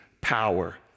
power